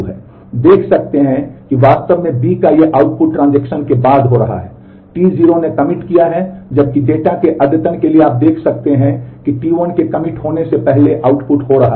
देख सकते हैं कि वास्तव में B का ये आउटपुट ट्रांजेक्शन होने से पहले आउटपुट हो रहा है